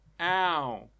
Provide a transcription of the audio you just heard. Ow